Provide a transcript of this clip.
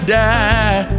die